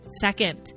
Second